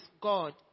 God